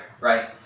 Right